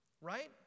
right